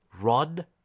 run